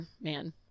man